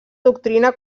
doctrina